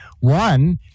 One